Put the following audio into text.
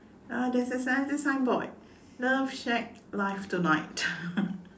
uh there's a sign~ signboard love shack live tonight